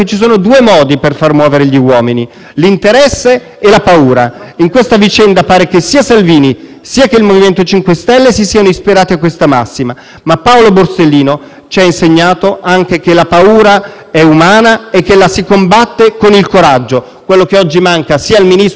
sia il MoVimento 5 Stelle si siano ispirati a questa massima. Ma Paolo Borsellino ci ha insegnato anche che la paura è umana e che la si combatte con il coraggio, quello che oggi manca sia al Ministro per farsi processare, sia al MoVimento 5 Stelle per essere coerenti con i loro principi.